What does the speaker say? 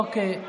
אוקיי,